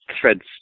thread's